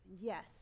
yes